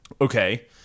Okay